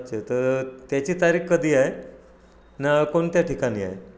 अच्छा तर त्याची तारिख कधी आहे न कोणत्या ठिकाणी आहे